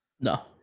No